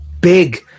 big